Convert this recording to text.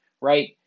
right